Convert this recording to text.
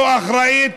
לא אחראית,